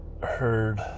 heard